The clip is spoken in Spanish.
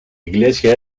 iglesia